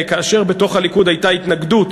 כאשר בתוך הליכוד הייתה התנגדות,